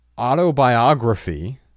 autobiography